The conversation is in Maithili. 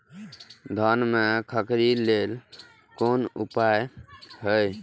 धान में खखरी लेल कोन उपाय हय?